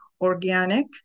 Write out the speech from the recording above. organic